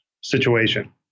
situation